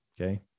Okay